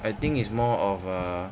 I think it's more of a